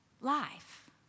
life